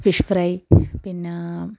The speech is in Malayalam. ഫിഷ് ഫ്രൈ പിന്നെ